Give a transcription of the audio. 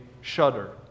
shudder